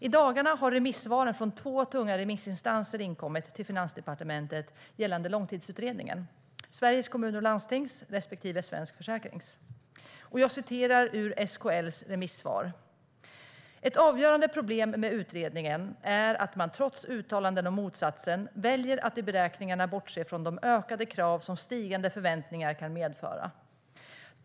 I dagarna har remissvaren från två tunga remissinstanser inkommit till Finansdepartementet gällande Långtidsutredningen, Sveriges Kommuner och Landstings respektive Svensk Försäkrings. Jag citerar ur SKL:s remissvar: "Ett avgörande problem med utredningen är att man trots uttalanden om motsatsen väljer att i beräkningarna bortse från de ökade krav som stigande förväntningar kan medföra.